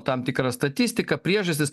tam tikrą statistiką priežastis